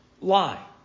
lie